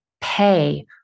pay